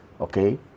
okay